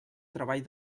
treball